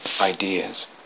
ideas